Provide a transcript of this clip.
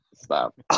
Stop